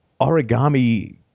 origami